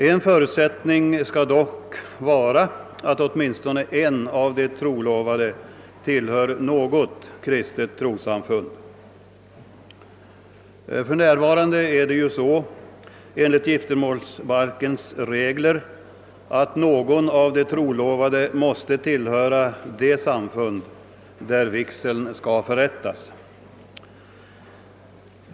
En förutsättning skall dock vara att åtminstone en av de trolovade tillhör något kristet trossamfund. För närvarande måste enligt giftermålsbalkens regler någon av de trolovade tillhöra det samfund, inom vilket vigseln skall förrättas.